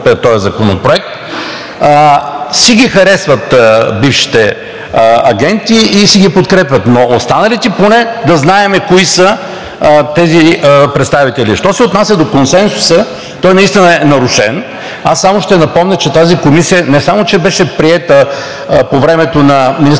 си ги харесват бившите агенти и си ги подкрепят, но останалите поне да знаем кои са тези представители. Що се отнася до консенсуса, той наистина е нарушен. Аз само ще напомня, че тази комисия не само че беше приета по времето на министър-председателя